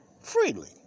Freely